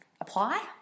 apply